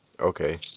Okay